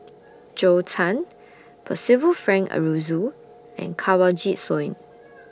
Zhou Can Percival Frank Aroozoo and Kanwaljit Soin